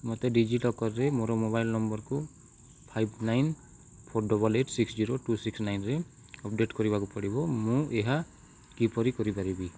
ମୋତେ ଡି ଜି ଲକର୍ରେ ମୋର ମୋବାଇଲ ନମ୍ବରକୁ five nine four double eight six zero two six ନାଇନ୍ରେ ଅପଡ଼େଟ୍ କରିବାକୁ ପଡ଼ିବ ମୁଁ ଏହା କିପରି କରିପାରିବି